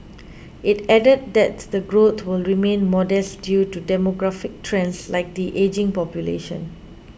it added that the growth will remain modest due to demographic trends like the ageing population